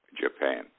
Japan